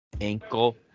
Ankle